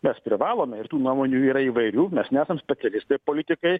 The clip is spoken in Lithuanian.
mes privalome ir tų nuomonių yra įvairių mes nesam specialistai politikai